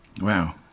Wow